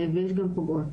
ויש גם פוגעות.